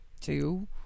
two